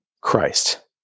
Christ